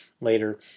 later